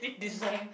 okay